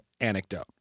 anecdote